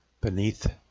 beneath